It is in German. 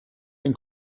den